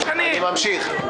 אני ממשיך.